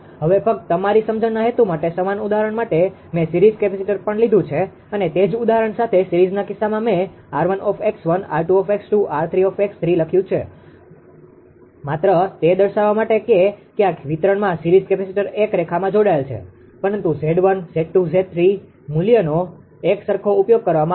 હવે ફક્ત તમારી સમજણના હેતુ માટે સમાન ઉદાહરણ માટે મેં સિરીઝ કેપેસિટર પણ લીધું છે અને તે જ ઉદાહરણ સાથે સીરીઝના કિસ્સામાં મેં 𝑟1𝑥1 𝑟2𝑥2 𝑟3𝑥3 લખ્યું છે માત્ર તે દર્શાવવા માટે કે ક્યાંક વિતરણમાં સીરીઝ કેપેસીટર એક રેખામાં જોડાયેલ છે પરંતુ 𝑍1 𝑍2 𝑍3 મૂલ્યનો એકસરખો ઉપયોગ કરવામાં આવશે